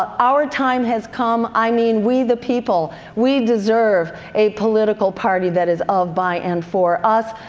our time has come. i mean we the people. we deserve a political party that is of, by and for us.